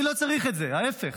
אני לא צריך את זה, ההפך,